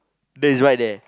that is right there